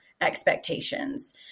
expectations